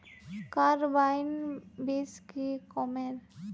Carbine बीस की कमेर?